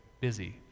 busy